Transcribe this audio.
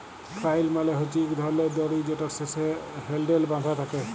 flail মালে হছে ইক ধরলের দড়ি যেটর শেষে হ্যালডেল বাঁধা থ্যাকে